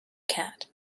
cat